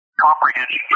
comprehension